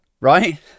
right